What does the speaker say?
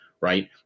right